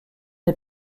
des